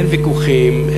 אין ויכוחים,